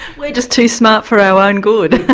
we're just too smart for our own good.